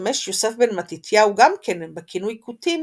משתמש יוסף בן מתתיהו גם כן בכינוי כותים